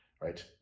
right